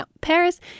Paris